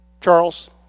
Charles